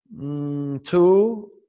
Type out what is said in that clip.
Two